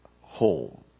home